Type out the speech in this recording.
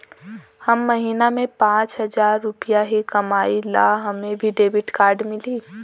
हम महीना में पाँच हजार रुपया ही कमाई ला हमे भी डेबिट कार्ड मिली?